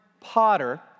potter